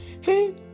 Hey